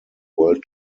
world